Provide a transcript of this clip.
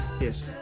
Yes